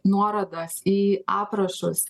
nuorodas į aprašus